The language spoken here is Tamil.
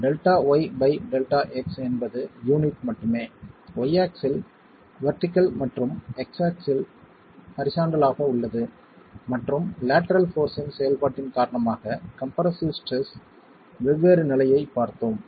Δy பை Δx என்பது யூனிட் மட்டுமே y ஆக்ஸில் வெர்டிகள் மற்றும் x ஆக்ஸில் ஹரிசாண்டல் ஆக உள்ளது மற்றும் லேட்டரல் போர்ஸ்ஸின் செயல்பாட்டின் காரணமாக கம்ப்ரெஸ்ஸிவ் ஸ்ட்ரெஸ் வெவ்வேறு நிலையைப் பார்த்தோம்